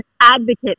advocate